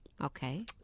Okay